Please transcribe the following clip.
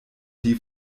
die